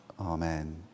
Amen